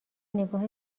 نگاه